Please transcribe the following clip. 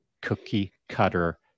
cookie-cutter